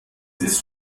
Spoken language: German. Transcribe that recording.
ist